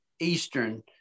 Eastern